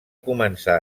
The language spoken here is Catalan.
començar